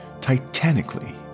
titanically